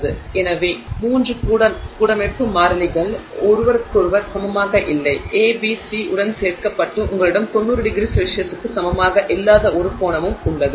எனவே 3 கூடமைப்பு மாறிலிகள் ஒருவருக்கொருவர் சமமாக இல்லை a b c உடன் சேர்க்கப்பட்டு உங்களிடம் 90º க்கு சமமாக இல்லாத ஒரு கோணமும் உள்ளது